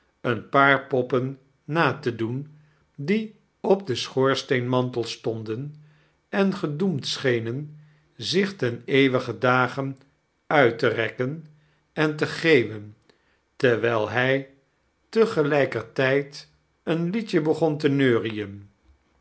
een paar poppen na te doen die op den schoorsteenmantal stomden en gedoemd schenea zich ten eeuwigen dage uit te rekken en te geeuwen terwijl hij te gelijkertijd een liedje begon te neurien